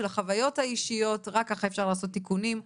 של החוויות האישיות, רק ככה אפשר לעשות תיקונים.